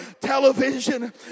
Television